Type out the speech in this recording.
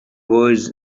was